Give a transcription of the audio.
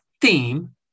theme